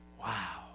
Wow